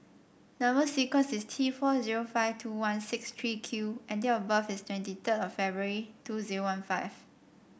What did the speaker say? number sequence is T four zero five two one six three Q and date of birth is twenty third of February two zero one five